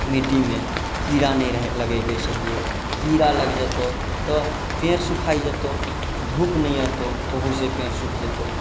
मिट्टीमे कीड़ा नहि रहै लगैके चाहिअऽ कीड़ा लगि जेतऽ तऽ पेड़ सुखा जेतऽ धूप नहि अओतऽ तऽ ओहोसँ पेड़ सुखि जेतऽ